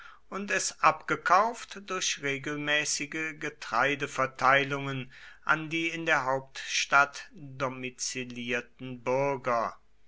und es abgekauft durch regelmäßige getreideverteilungen an die in der hauptstadt domizilierten bürger